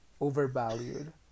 overvalued